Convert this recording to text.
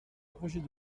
projet